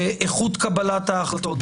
באיכות קבלת ההחלטות,